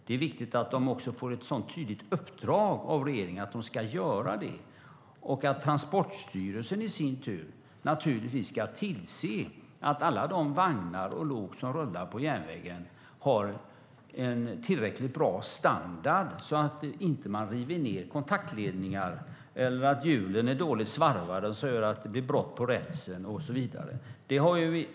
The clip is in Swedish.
Det är också viktigt att de får ett sådant tydligt uppdrag av regeringen att de ska göra det och att Transportstyrelsen i sin tur naturligtvis ska tillse att alla de vagnar och lok som rullar på järnvägen har en tillräckligt bra standard så att man inte river ned kontaktledningar eller har dåligt svarvade hjul som gör att det blir brott på rälsen och så vidare.